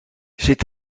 zit